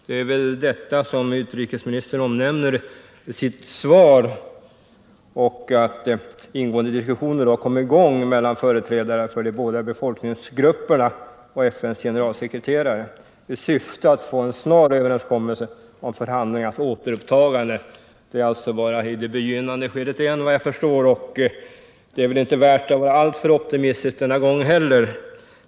Det är väl detta som utrikesministern omnämner i sitt svar när han säger att ”ingående diskussioner nyligen kommit i gång mellan företrädare för de båda befolkningsgrupperna och FN:s generalsekreterare i syfte att nå en snar överenskommelse om förhandlingarnas återupptagande”. Saken är alltså bara inne i det begynnande skedet, såvitt jag förstår, och det är väl inte värt att vara alltför optimistisk denna gång heller.